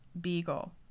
Beagle